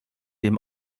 dem